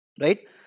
Right